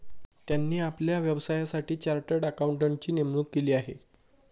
त्यांनी आपल्या व्यवसायासाठी चार्टर्ड अकाउंटंटची नेमणूक केली आहे